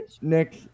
Nick